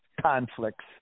conflicts